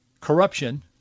corruption